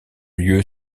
lieu